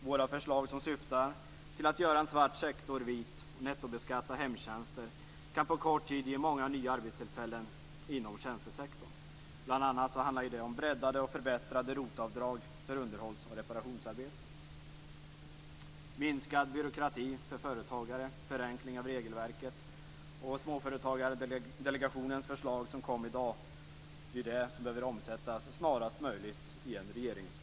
Våra förslag, som syftar till att göra en svart sektor vit och nettobeskatta hemtjänster, kan på kort tid ge många nya arbetstillfällen inom tjänstesektorn. Det handlar bl.a. om breddade och förbättrade ROT Det handlar om minskad byråkrati för företagare och förenklingar av regelverket. Småföretagardelegationens förslag, som kom i dag, behöver omsättas i en regeringsproposition snarast möjligt.